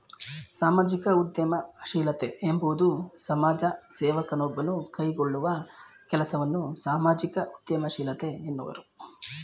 ಸಾಮಾಜಿಕ ಉದ್ಯಮಶೀಲತೆ ಎಂಬುವುದು ಸಮಾಜ ಸೇವಕ ನೊಬ್ಬನು ಕೈಗೊಳ್ಳುವ ಕೆಲಸವನ್ನ ಸಾಮಾಜಿಕ ಉದ್ಯಮಶೀಲತೆ ಎನ್ನುವರು